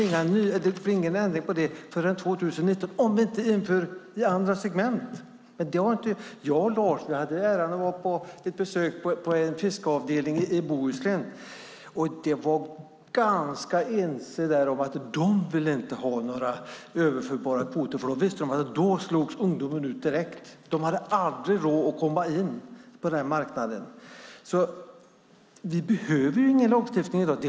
Och det blir ingen ändring på det förrän 2019 om vi inte inför det i andra segment. Jag och Lars Tysklind hade äran att få besöka en fiskeavdelning i Bohuslän. De var ganska ense där om att de inte vill ha några överförbara kvoter, för de visste att då skulle ungdomarna slås ut direkt. De skulle aldrig ha råd att komma in på den marknaden. Vi behöver ingen ny lagstiftning i dag.